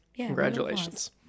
Congratulations